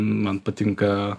man patinka